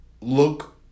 look